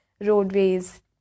roadways